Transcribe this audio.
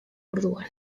orduan